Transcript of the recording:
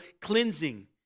cleansing